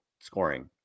scoring